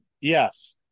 Yes